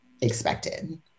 expected